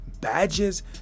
badges